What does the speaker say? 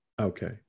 Okay